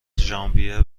ژانویه